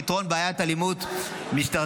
פתרון בעיית אלימות משטרתית,